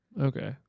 Okay